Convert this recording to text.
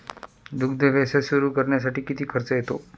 दुग्ध व्यवसाय सुरू करण्यासाठी किती खर्च येतो?